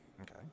Okay